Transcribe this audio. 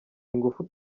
ingufu